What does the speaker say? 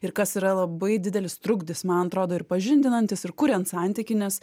ir kas yra labai didelis trukdis man atrodo ir pažindinantis ir kuriant santykį nes